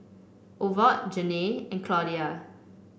Ovid Janae and Claudia